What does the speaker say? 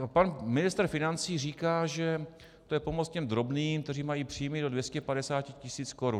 Pan ministr financí říká, že to je pomoc těm drobným, kteří mají příjmy do 250 tisíc korun.